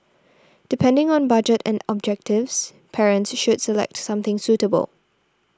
depending on budget and objectives parents should select something suitable